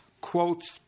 quotes